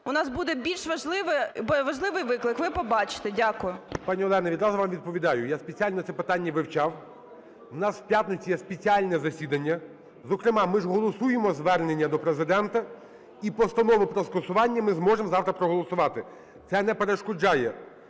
у нас буде більш важливий виклик, ви побачите. Дякую. ГОЛОВУЮЧИЙ. Пані Олена, відразу вам відповідаю. Я спеціально це питання вивчав. У нас в п'ятницю є спеціальне засідання, зокрема, ми ж голосуємо звернення до Президента, і постанови про скасування ми зможемо завтра проголосувати. Це не перешкоджає.